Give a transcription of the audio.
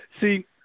see